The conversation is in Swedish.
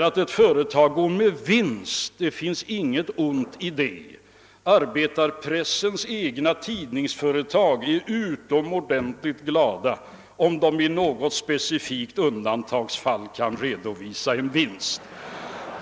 Att ett företag går med vinst finns det inget ont i. Arbetarpressens egna företag är utomordentligt glada, om de i något specifikt undantagsfall kan redovisa en vinst.